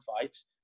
fights